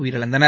உயிரிமந்தனர்